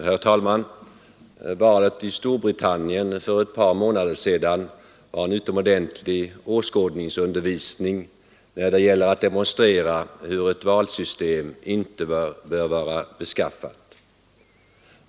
Herr talman! Valet i Storbritannien för ett par månader sedan var en utomordentlig åskådningsundervisning när det gäller att demonstrera hur ett valsystem inte bör vara beskaffat.